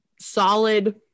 solid